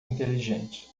inteligente